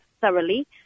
thoroughly